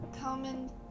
Comment